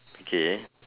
okay